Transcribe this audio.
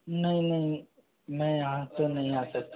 नहीं नहीं मैं आज तो नहीं आ सकता